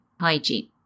Hygiene